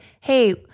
hey